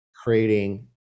Creating